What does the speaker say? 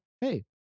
hey